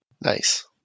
Nice